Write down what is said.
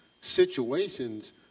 situations